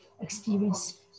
experience